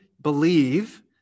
believe